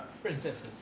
Princesses